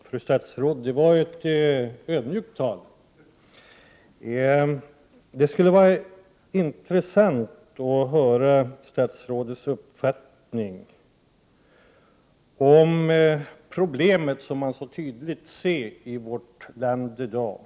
Herr talman! Det var ett ödmjukt tal som vi fick höra, fru statsråd. Det skulle vara intressant att få höra statsrådets uppfattning om problemet som man nu tydligt ser i vårt land i dag.